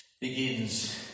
begins